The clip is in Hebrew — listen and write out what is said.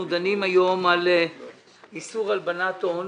אנחנו דנים היום באיסור הלבנת הון.